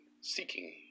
seeking